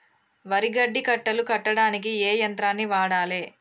వరి గడ్డి కట్టలు కట్టడానికి ఏ యంత్రాన్ని వాడాలే?